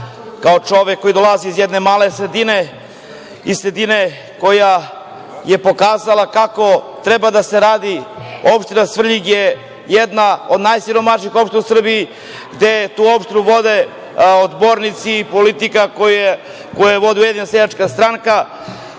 kao čovek koji dolazi iz jedne male sredine, iz sredine koja je pokazala kako treba da se radi, opština Svrljig je jedna od najsiromašnijih opština u Srbiji, a tu opštinu vode odbornici i politika koju vodi Ujedinjena seljačka stranka,